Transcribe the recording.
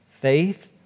Faith